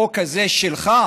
חוק כזה, שלך,